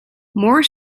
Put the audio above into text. more